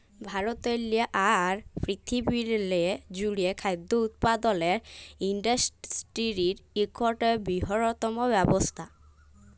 ভারতেরলে আর পিরথিবিরলে জ্যুড়ে খাদ্য উৎপাদলের ইন্ডাসটিরি ইকট বিরহত্তম ব্যবসা